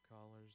callers